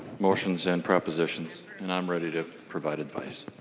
motions and propositions. and i'm ready to provide advice.